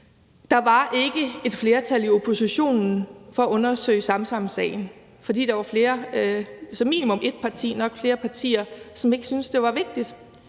Der var ikke et flertal i oppositionen for at undersøge Samsamsagen, fordi der var flere – som minimum et parti, nok flere partier – som ikke syntes, at det var vigtigt.